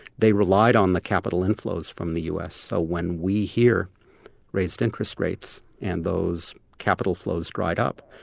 they relied on the capital inflows from the us, so when we here raised interest rates and those capital flows dried up,